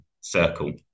circle